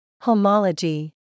homology